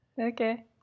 Okay